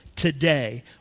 Today